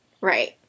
Right